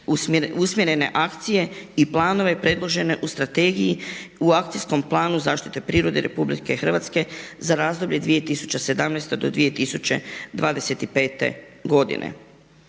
usmjerene akcije i planove predložene u strategiji u Akcijskom planu zaštite prirode RH za razdoblje 2017. do 2025. godine.